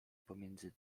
pomiędzy